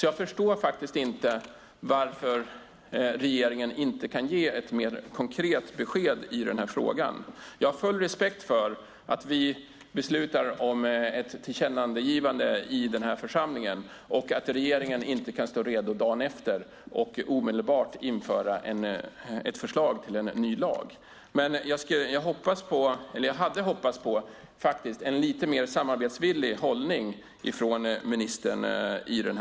Jag förstår därför inte varför regeringen inte kan ge ett mer konkret besked i frågan. Jag har full respekt för att regeringen inte kan stå redo dagen efter ett beslut i riksdagen om ett tillkännagivande och omedelbart införa ett förslag till en ny lag. Jag hade dock hoppats på en mer samarbetsvillig hållning från ministern.